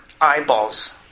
eyeballs